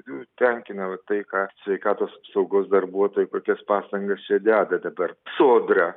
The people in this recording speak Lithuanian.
nu tenkina va tai ką sveikatos apsaugos darbuotojai kokias pastangas čia deda per sodra